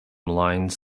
lines